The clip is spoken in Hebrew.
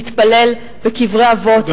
להתפלל בקברי אבות,